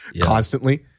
constantly